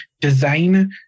design